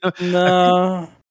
No